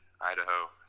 Idaho